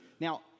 Now